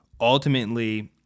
Ultimately